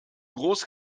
groß